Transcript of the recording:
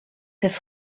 have